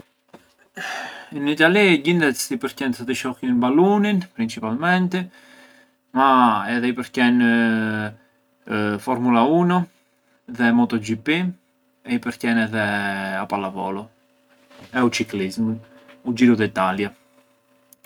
Në Itali gjindes i përqen sa të shohjën balunin, principalmenti, ma edhe i përqen a Formula uno, dhe Moto GP, e i përqen edhe a pallavolo, e u çiklismu, u Xhiru d’Italia.